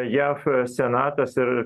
jav senatas ir